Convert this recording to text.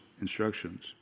instructions